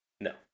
No